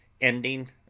ending